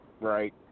right